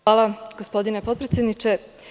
Hvala, gospodine potpredsedniče.